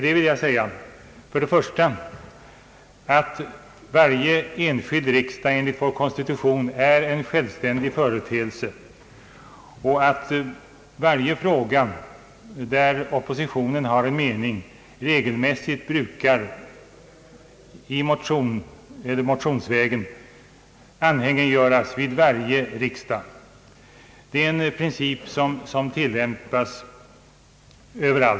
Jag vill med anledning av detta uttalande säga att varje enskild riksdag enligt vår konstitution är en självständig företeelse och att varje fråga, i vilken oppositionen har en egen mening, regelmässigt brukar anhängiggöras vid varje riksdag. Det är en princip som tillämpas över lag.